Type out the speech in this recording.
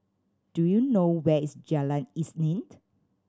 do you know where is Jalan Isnin